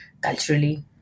culturally